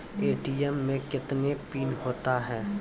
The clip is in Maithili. ए.टी.एम मे कितने पिन होता हैं?